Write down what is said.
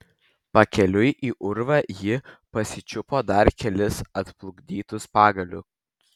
pakeliui į urvą ji pasičiupo dar kelis atplukdytus pagalius